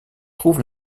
trouve